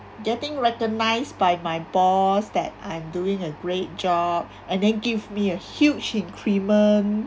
getting recognised by my boss that I'm doing a great job and then give me a huge increment